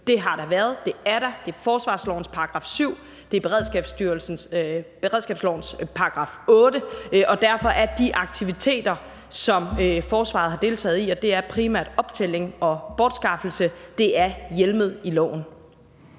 Det har der været, og det er der. Det er forsvarslovens § 7, det er beredskabslovens § 8. Derfor er de aktiviteter, som forsvaret har deltaget i, primært optælling og bortskaffelse, hjemlet i loven.